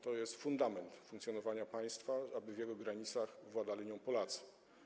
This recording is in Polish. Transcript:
To jest fundament funkcjonowania państwa, aby w jego granicach władali nią Polacy.